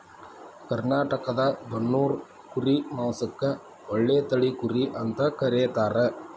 ಕರ್ನಾಟಕದ ಬನ್ನೂರು ಕುರಿ ಮಾಂಸಕ್ಕ ಒಳ್ಳೆ ತಳಿ ಕುರಿ ಅಂತ ಕರೇತಾರ